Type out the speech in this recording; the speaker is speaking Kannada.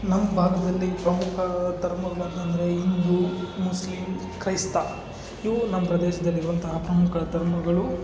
ನಮ್ಮ ಭಾಗದಲ್ಲಿ ಪ್ರಮುಖ ಧರ್ಮಗಳೆಂದರೆ ಹಿಂದೂ ಮುಸ್ಲಿಮ್ ಕ್ರೈಸ್ತ ಇವು ನಮ್ಮ ಪ್ರದೇಶದಲ್ಲಿರುವಂತಹ ಪ್ರಮುಖ ಧರ್ಮಗಳು